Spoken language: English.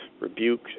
rebuke